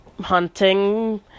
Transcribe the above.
hunting